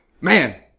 man